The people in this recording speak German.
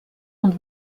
und